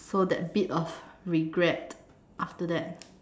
so that bit of regret after that